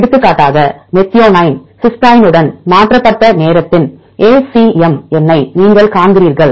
எடுத்துக்காட்டாக மெத்தியோனைன் சிஸ்டைனுடன் மாற்றப்பட்ட நேரத்தின் ஏசிஎம் எண்ணை நீங்கள் காண்கிறீர்கள்